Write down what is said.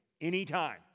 anytime